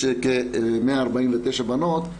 יש כ-149 בנות,